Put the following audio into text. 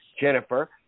Jennifer